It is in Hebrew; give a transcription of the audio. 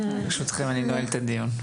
ברשותכם אני נועל את הדיון.